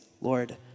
Lord